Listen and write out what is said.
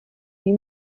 die